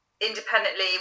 independently